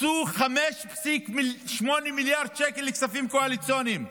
מצאו 5.8 מיליארד שקל לכספים קואליציוניים,